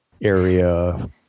area